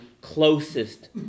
closest